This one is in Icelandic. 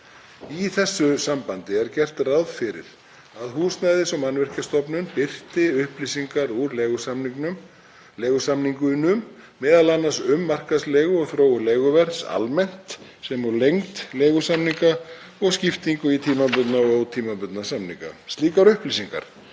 Í þessu sambandi er gert ráð fyrir að Húsnæðis- og mannvirkjastofnun birti upplýsingar úr leigusamningunum, m.a. um markaðsleigu og þróun leiguverðs almennt sem og lengd leigusamninga og skiptingu í tímabundna og ótímabundna samninga. Slíkar upplýsingar